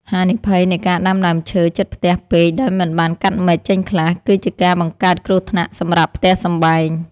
ហានិភ័យនៃការដាំដើមឈើជិតផ្ទះពេកដោយមិនបានកាត់មែកចេញខ្លះ គឺជាការបង្កើតគ្រោះថ្នាក់សម្រាប់ផ្ទះសម្បែង។